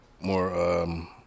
more, –